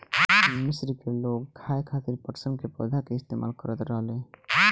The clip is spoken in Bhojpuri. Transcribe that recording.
मिस्र के लोग खाये खातिर पटसन के पौधा के इस्तेमाल करत रहले